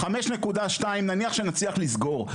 5.2 נניח שנצליח לסגור,